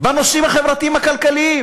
בנושאים החברתיים הכלכליים,